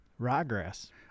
ryegrass